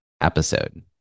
episode